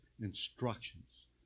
instructions